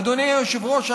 אדוני היושב-ראש,